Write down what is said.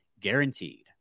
guaranteed